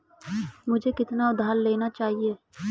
मुझे कितना उधार लेना चाहिए?